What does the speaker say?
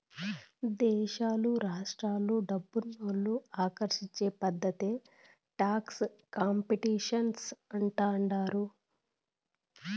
దేశాలు రాష్ట్రాలు డబ్బునోళ్ళు ఆకర్షించే పద్ధతే టాక్స్ కాంపిటీషన్ అంటుండారు